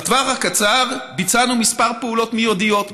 בטווח הקצר ביצענו כמה פעולות מיידיות,